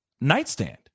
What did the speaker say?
nightstand